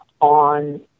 on